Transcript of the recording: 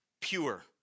pure